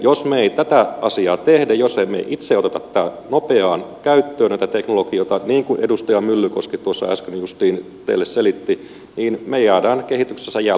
jos me emme tätä asiaa tee jos emme itse ota nopeaan käyttöön näitä teknologioita niin kuin edustaja myllykoski tuossa äsken juuri meille selitti niin me jäämme kehityksessä jälkeen